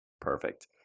Perfect